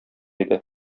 иде